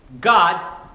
God